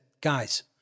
guys